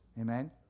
Amen